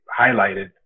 highlighted